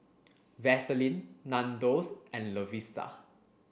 Vaseline Nandos and Lovisa